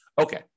Okay